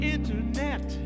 Internet